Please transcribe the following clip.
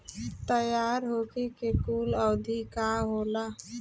तैयार होखे के कूल अवधि का होला?